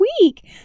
week